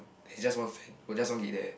is just one friend there was just one gate there